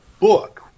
book